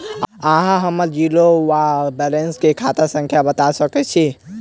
अहाँ हम्मर जीरो वा बैलेंस केँ खाता संख्या बता सकैत छी?